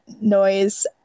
noise